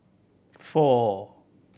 four